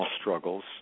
struggles